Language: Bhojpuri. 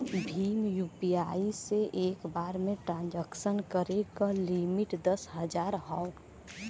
भीम यू.पी.आई से एक बार में ट्रांसक्शन करे क लिमिट दस हजार हौ